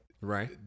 Right